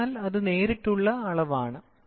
അതിനാൽ അത് നേരിട്ടുള്ള അളവാണ്